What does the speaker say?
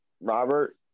Robert